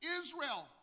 Israel